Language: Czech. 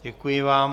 Děkuji vám.